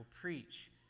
preach